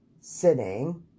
sitting